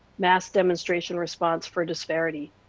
mass demonstration response for disparity.